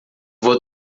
vou